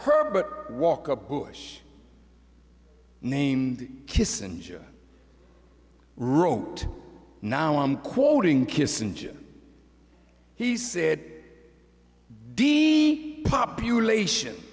herbert walker bush named kissinger wrote now i'm quoting kissinger he said d population